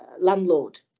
landlord